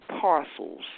parcels